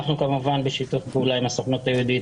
אנחנו כמובן בשיתוף פעולה עם הסוכנות היהודית,